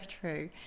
true